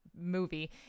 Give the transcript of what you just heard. movie